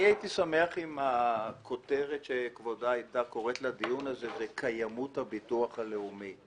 הייתי שמח אם הכותרת של הדיון הזה הייתה "קיימות הביטוח הלאומי",